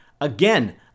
Again